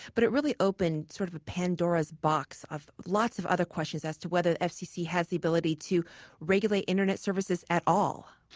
but it really opened sort of a pandora's box of lots of other questions as to whether the fcc has the ability to regulate internet services at all.